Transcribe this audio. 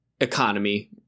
economy